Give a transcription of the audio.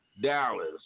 Dallas